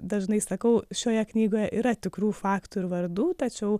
dažnai sakau šioje knygoje yra tikrų faktų ir vardų tačiau